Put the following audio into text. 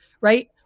right